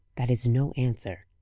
that is no answer.